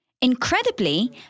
Incredibly